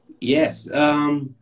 Yes